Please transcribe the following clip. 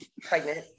pregnant